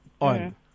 on